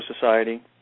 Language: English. Society